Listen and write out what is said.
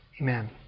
amen